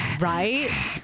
right